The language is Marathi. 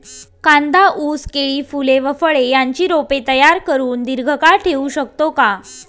कांदा, ऊस, केळी, फूले व फळे यांची रोपे तयार करुन दिर्घकाळ ठेवू शकतो का?